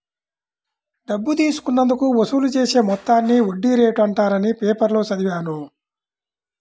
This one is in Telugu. డబ్బు తీసుకున్నందుకు వసూలు చేసే మొత్తాన్ని వడ్డీ రేటు అంటారని పేపర్లో చదివాను